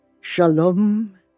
shalom